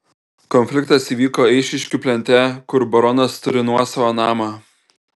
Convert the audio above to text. konfliktas įvyko eišiškių plente kur baronas turi nuosavą namą